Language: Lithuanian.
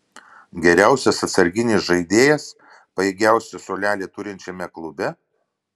geriausias atsarginis žaidėjas pajėgiausią suolelį turinčiame klube